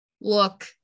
look